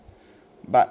but